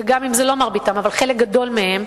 גם אם זה לא מרביתם אבל חלק גדול מהם,